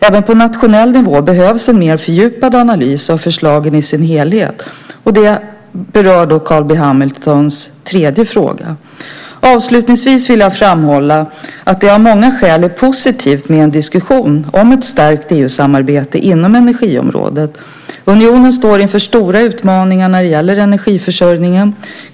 Även på nationell nivå behövs en mer fördjupad analys av förslagen som helhet. Det berör Carl B Hamiltons tredje fråga. Avslutningsvis vill jag framhålla att det av många skäl är positivt med en diskussion om ett stärkt EU-samarbete inom energiområdet. Unionen står inför stora utmaningar när det gäller energiförsörjningen.